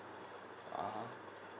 (uh huh)